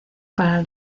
para